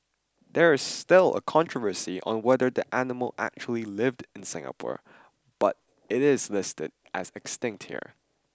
there is still a controversy on whether the animal actually lived in Singapore but it is listed as extinct here